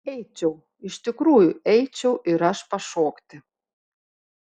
eičiau iš tikrųjų eičiau ir aš pašokti